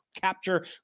capture